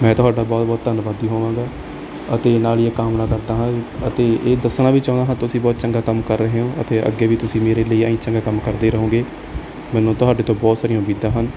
ਮੈਂ ਤੁਹਾਡਾ ਬਹੁਤ ਬਹੁਤ ਧੰਨਵਾਦੀ ਹੋਵਾਂਗਾ ਅਤੇ ਨਾਲ ਹੀ ਇਹ ਕਾਮਨਾ ਕਰਦਾ ਹਾਂ ਅਤੇ ਇਹ ਦੱਸਣਾ ਵੀ ਚਾਹੁੰਦਾ ਹਾਂ ਤੁਸੀਂ ਬਹੁਤ ਚੰਗਾ ਕੰਮ ਕਰ ਰਹੇ ਹੋ ਅਤੇ ਅੱਗੇ ਵੀ ਤੁਸੀਂ ਮੇਰੇ ਲਈ ਆਈਂ ਚੰਗਾ ਕੰਮ ਕਰਦੇ ਰਹੋਗੇ ਮੈਨੂੰ ਤੁਹਾਡੇ ਤੋਂ ਬਹੁਤ ਸਾਰੀਆਂ ਉਮੀਦਾਂ ਹਨ